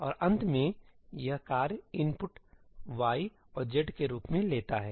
और अंत में यह कार्य इनपुट y और z के रूप में लेता है